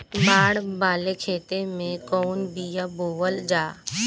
बाड़ वाले खेते मे कवन बिया बोआल जा?